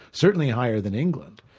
certainly higher than england.